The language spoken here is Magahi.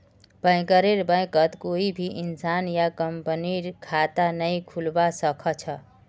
बैंकरेर बैंकत कोई इंसान या कंपनीर खता नइ खुलवा स ख छ